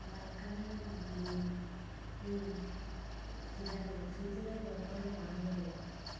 ମାଲକାନାଗିରି ଏଇ ଜିଲ୍ଲାରେ ସୁଦୂର ଜଙ୍ଗଲ ପାହାଡ଼ରେ